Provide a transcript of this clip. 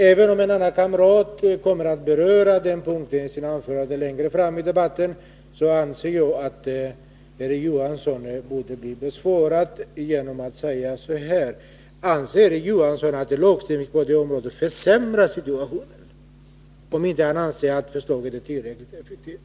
Även om en av mina partikamrater kommer att beröra den punkten i ett anförande längre fram i debatten, anser jag att Erik Johansson bör bemötas med frågan: Anser Erik Johansson att lagstiftningen skulle försämras, om riksdagen bifaller reservationen, eftersom han tycker att förslaget inte är tillräckligt effektivt?